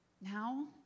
Now